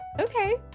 Okay